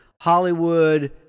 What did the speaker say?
Hollywood